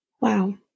Wow